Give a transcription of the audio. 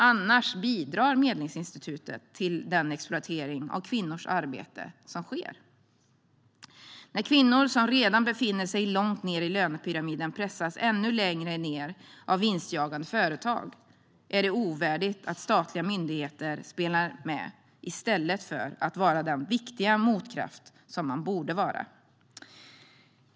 Annars bidrar Medlingsinstitutet till den exploatering av kvinnors arbete som sker. När kvinnor som redan befinner sig långt ned i lönepyramiden pressas ännu längre ned av vinstjagande företag är det ovärdigt att statliga myndigheter spelar med i stället för att vara den viktiga motkraft som man borde vara.